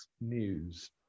News